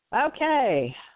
Okay